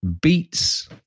Beats